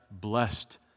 blessed